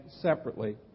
separately